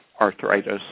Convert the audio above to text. arthritis